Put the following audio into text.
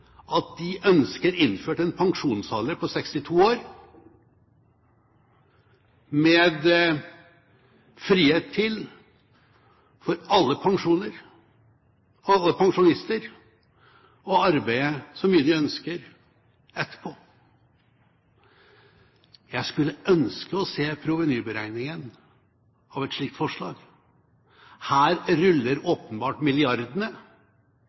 at de ønsker innført en pensjonsalder på 62 år med frihet for alle pensjonister til å arbeide så mye de ønsker etterpå. Jeg skulle ønske å se provenyberegningen for et slikt forslag. Her ruller åpenbart milliardene,